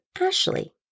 Ashley